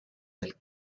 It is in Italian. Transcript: del